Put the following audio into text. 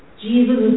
Jesus